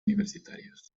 universitarios